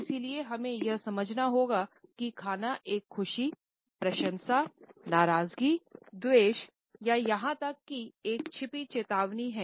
इसलिए हमे यह समझना होगा कि खाना एक खुशी प्रशंसा नाराज़गी द्वेष या यहां तक कि एक छिपी चेतावनी हैं